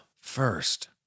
first